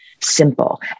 simple